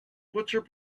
butcher